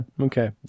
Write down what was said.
Okay